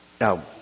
Now